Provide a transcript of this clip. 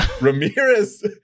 Ramirez